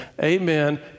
Amen